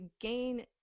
gain